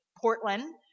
Portland